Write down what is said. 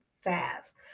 fast